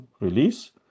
release